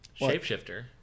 shapeshifter